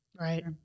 Right